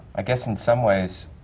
i guess in some ways,